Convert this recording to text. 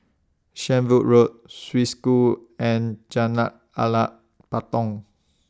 Shenvood Road Swiss School and Jalan Alas Patong